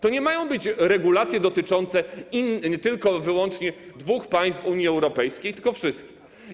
To nie mają być regulacje dotyczące tylko i wyłącznie dwóch państw w Unii Europejskiej, tylko wszystkich.